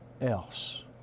else